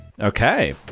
Okay